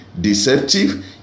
deceptive